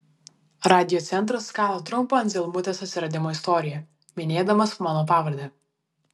radiocentras kala trumpą anzelmutės atsiradimo istoriją minėdamas mano pavardę